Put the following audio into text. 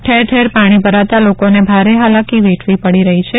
ઠેર ઠેર પાણી ભરાતા લોકોને ભારે હાલાકી વેઠવી પડી રહી છે